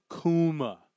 Kuma